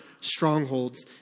strongholds